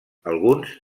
alguns